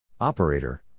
Operator